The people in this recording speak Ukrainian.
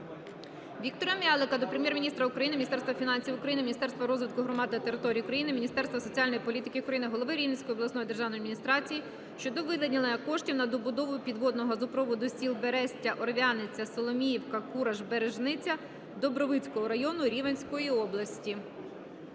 Віктора М'ялика до Прем'єр-міністра України, Міністерства фінансів України, Міністерства розвитку громад та територій України, Міністерства соціальної політики України, голови Рівненської обласної державної адміністрації щодо виділення коштів на добудову підвідного газопроводу сіл Берестя, Орв'яниця, Соломіївка, Кураш, Бережниця Дубровицького району Рівненської області.